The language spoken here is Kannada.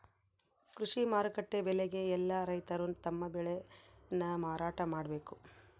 ಕೃಷಿ ಮಾರುಕಟ್ಟೆ ಬೆಲೆಗೆ ಯೆಲ್ಲ ರೈತರು ತಮ್ಮ ಬೆಳೆ ನ ಮಾರಾಟ ಮಾಡ್ಬೇಕು